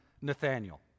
Nathaniel